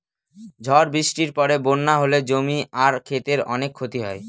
ঝড় বৃষ্টির পরে বন্যা হলে জমি আর ক্ষেতের অনেক ক্ষতি হয়